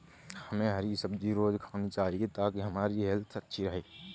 हमे हरी सब्जी रोज़ खानी चाहिए ताकि हमारी हेल्थ अच्छी रहे